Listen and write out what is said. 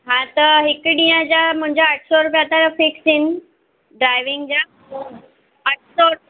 हा त हिकु ॾींहुं जा मुंहिंजा अठ सौ रुपया त फ़िक्स आहिनि ड्राइविंग जा अठ सौ